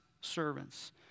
servants